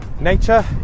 nature